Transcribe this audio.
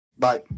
Bye